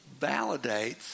validates